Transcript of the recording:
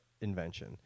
invention